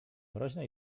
mroźna